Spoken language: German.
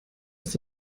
ist